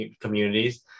communities